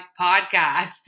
podcast